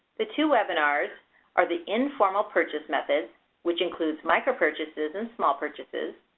the two webinars are the informal purchase methods which includes micropurchases and small purchases,